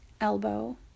elbow